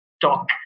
talk